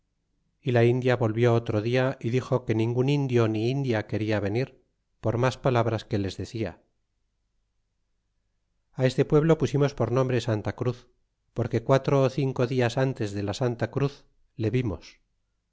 y la india volvió otro dia y dixo que ningun indio ni india quería venir por mas palabras que les decia a este pueblo pusimos por nombre santa cruz porque quatro ó cinco dias antes de santa cruz le vimos